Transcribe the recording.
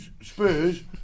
Spurs